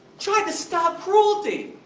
tried to stop cruelty,